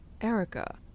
Erica